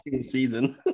season